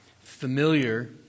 familiar